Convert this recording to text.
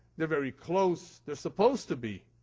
they're very close. they're supposed to be.